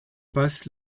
passent